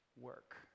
work